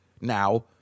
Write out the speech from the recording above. now